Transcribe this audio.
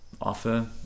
offer